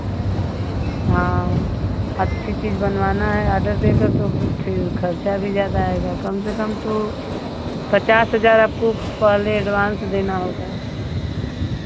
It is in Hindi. हाँ अच्छी चीज़ बनवाना है आर्डर देकर तो फिर खर्चा भी ज़्यादा आएगा कम से कम तो पचास हज़ार आपको पहले एडवांस देना होगा